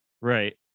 Right